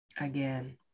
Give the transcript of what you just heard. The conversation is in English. Again